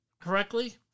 correctly